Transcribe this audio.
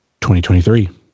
2023